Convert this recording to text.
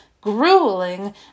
grueling